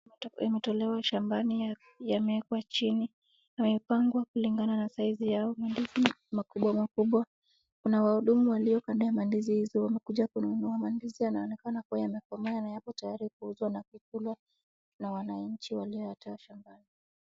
Matunda yametolewa shambani, yamewekwa chini. Yamepangwa kulingana na size yao, mandizi makubwa makubwa. Kuna wahudumu walio kando ya mandizi hizo, wamekuja kununua mandizi. Yanaonekana kuwa yamekomaa na yako tayari kuuzwa na kukulwa na wananchi walioyatoa shambani.